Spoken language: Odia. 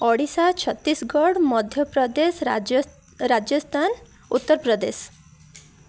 ଓଡ଼ିଶା ଛତିଶଗଡ଼ ମଧ୍ୟପ୍ରଦେଶ ରାଜସ୍ଥାନ ଉତ୍ତରପ୍ରଦେଶ